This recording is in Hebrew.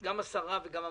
גם השרה וגם המנכ"ל.